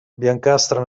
biancastra